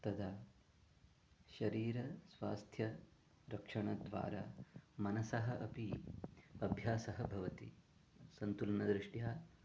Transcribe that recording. तदा शरीरस्वास्थ्यस्य रक्षणद्वारा मनसः अपि अभ्यासः भवति सन्तुलनदृष्ट्या